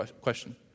question